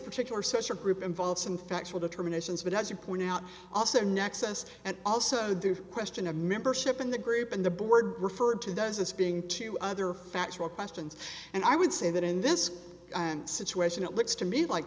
particular social group involve some factual determinations but as you point out also nexus and also the question of membership in the group and the board referred to does as being two other factual questions and i would say that in this situation it looks to me like